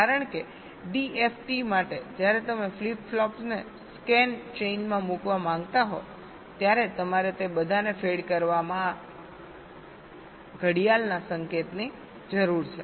કારણ કે ડીએફટી માટે જ્યારે તમે ફ્લિપ ફ્લોપ ને સ્કેન ચેઇનમાં મૂકવા માંગતા હો ત્યારે તમારે તે બધાને ફેડ કરવા માટે ઘડિયાળના સંકેતની જરૂર છે